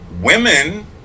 women